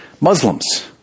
Muslims